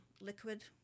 liquid